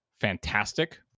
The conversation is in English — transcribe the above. fantastic